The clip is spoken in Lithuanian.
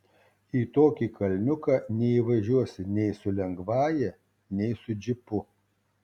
į tokį kalniuką neįvažiuosi nei su lengvąja nei su džipu